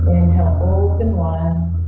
open line.